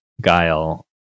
guile